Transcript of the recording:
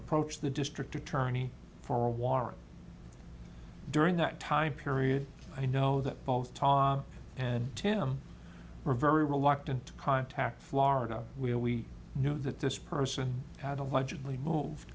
approach the district attorney for a warrant during that time period i know that both tom and tim were very reluctant to contact florida we knew that this person had allegedly move